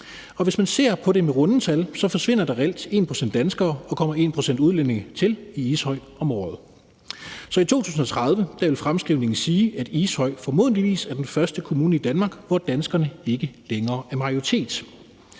Hvis man ser på det med runde tal, forsvinder der reelt 1 pct. danskere, og der kommer 1 pct. udlændinge til i Ishøj om året. Så i 2030 vil fremskrivningen sige, at Ishøj formodentlig er den første kommune i Danmark, hvor danskere ikke længere er majoritet.